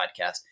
podcast